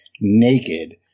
naked